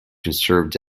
conserved